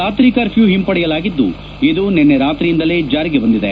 ರಾತ್ರಿ ಕರ್ಪ್ಯೂ ಹಿಂಪಡೆಯಲಾಗಿದ್ದು ಇದು ನಿನ್ನೆ ರಾತ್ರಿಯಿಂದಲೇ ಜಾರಿಗೆ ಬಂದಿದೆ